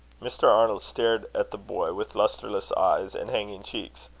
mr. arnold stared at the boy with lustreless eyes and hanging checks.